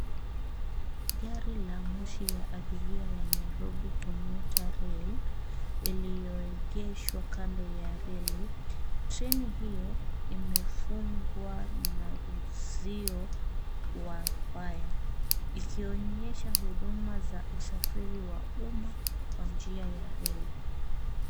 Gari la moshi ya abiria ya Nairobi commuter rail ,iliyoegeshwa kando ya reli. Treni hiyo imefungwa na uzio wa waya. Ikionyesha huduma za usafiri wa umma kwa njia ya reli .